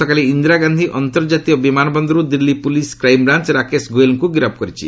ଗତକାଲି ଇନ୍ଦିରାଗାନ୍ଧୀ ଅନ୍ତର୍ଜାତିୟ ବିମାନବନ୍ଦରରୁ ଦିଲ୍ଲୀ ପୁଲିସ କ୍ରାଇମ୍ବ୍ରାଞ୍ଚ ରାକେଶ ଗୋଏଲଙ୍କୁ ଗିରଫ କରିଛି